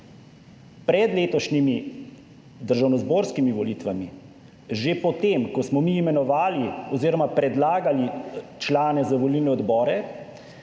Pred letošnjimi državnozborskimi volitvami, že po tem, ko smo mi imenovali oziroma predlagali člane za volilne odbore